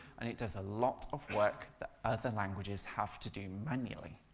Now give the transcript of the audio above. and it does a lot of work that other languages have to do manually.